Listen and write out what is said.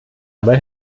dabei